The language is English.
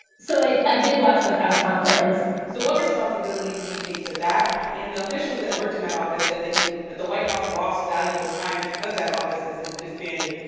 so i i did watch the press conference so what responsibility do you take to that in? the officials that worked in that office said that you that the white house lost valuable time because that office wasn't disbanded.